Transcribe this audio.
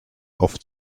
oft